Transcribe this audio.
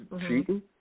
cheating